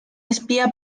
espía